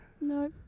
No